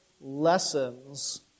lessons